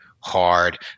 hard